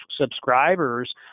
subscribers